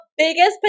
biggest